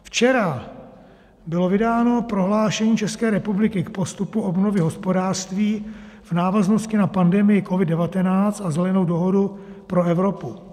Včera bylo vydáno prohlášení České republiky k postupu obnovy hospodářství v návaznosti na pandemii COVID19 a Zelenou dohodu pro Evropu.